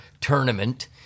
tournament